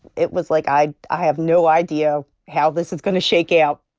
it was like i i have no idea how this is going to shake out.